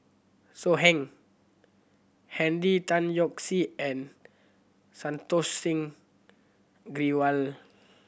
So Heng Henry Tan Yoke See and Santokh Singh Grewal